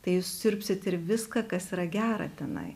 tai jūs siurbsit ir viską kas yra gera tenai